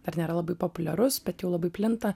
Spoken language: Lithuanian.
dar nėra labai populiarus bet jau labai plinta